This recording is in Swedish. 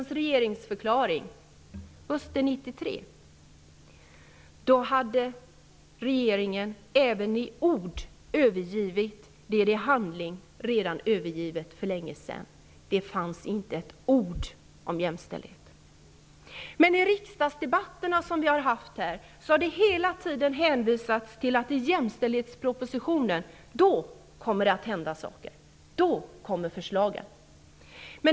I regeringsförklaringen hösten 1993 hade regeringen även i ord övergivit det som man i handling för länge sedan hade övergivit. Det fanns inte ett ord om jämställdhet. I riksdagsdebatterna har det däremot hela tiden hänvisats till att det i jämställdhetspropositionen kommer att hända saker. I den skulle förslagen komma.